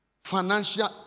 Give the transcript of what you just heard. financial